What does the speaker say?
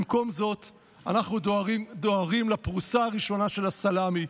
במקום זאת אנחנו דוהרים לפרוסה הראשונה של הסלמי,